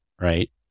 right